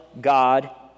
God